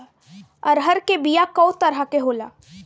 अरहर के बिया कौ तरह के होला?